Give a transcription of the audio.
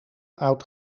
oud